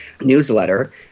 Newsletter